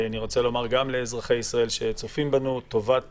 אני רוצה לומר גם לאזרחי ישראל שצופים בנו, טובת